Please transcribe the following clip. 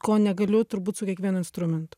ko negaliu turbūt su kiekvienu instrumentu